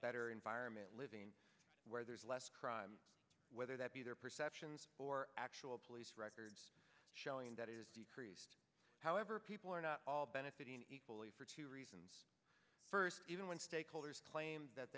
better environment living where there is less crime whether that be their perceptions or actual police records showing that is decreased however people are not all benefiting equally for two reasons first even when stakeholders claim that